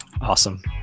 Awesome